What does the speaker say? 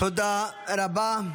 תודה רבה.